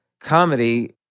comedy